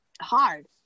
hard